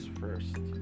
first